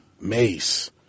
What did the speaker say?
Mace